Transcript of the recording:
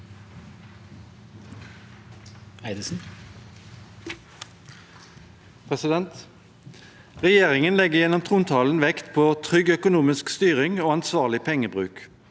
Regjeringen leg- ger gjennom trontalen vekt på trygg økonomisk styring og ansvarlig pengebruk.